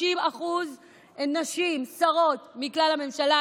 30% נשים שרות מכלל הממשלה,